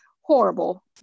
horrible